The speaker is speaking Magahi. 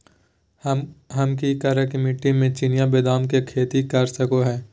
हम की करका मिट्टी में चिनिया बेदाम के खेती कर सको है?